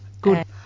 Good